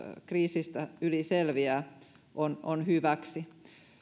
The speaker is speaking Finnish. kriisistä yli selviää on on hyväksi